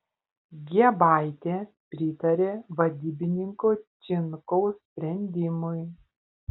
giebaitė pritarė vadybininko činkaus sprendimui